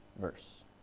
verse